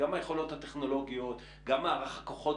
שבהם אנחנו משתפים בתוכניות העבודה המשרדיות ומתאמים ומעבירים